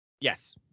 Yes